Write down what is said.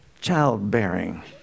childbearing